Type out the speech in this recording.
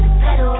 pedal